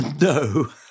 No